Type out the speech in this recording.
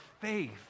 faith